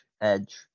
Edge